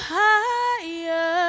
higher